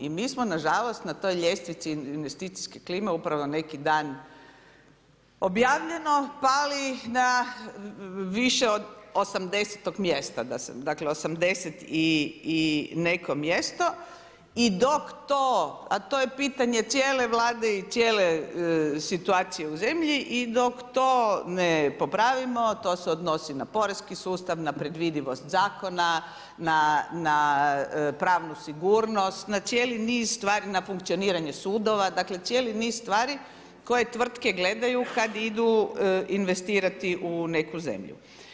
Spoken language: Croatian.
I mi smo nažalost na toj ljestvici investicijske klime upravo neki dan objavljeno, pali na više od 80. mjesta, dakle 80. i neko mjesto i dok to, a to je pitanje cijele Vlade i cijele situacije u zemlji i dok to ne popravimo, to se odnosi na poreski sustav, na predvidivost zakona, na pravnu sigurnost, na cijeli niz stvari, na funkcioniranje sudova, dakle cijeli niz stvari koje tvrtke gledaju kad idu investirati u neku zemlju.